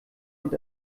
und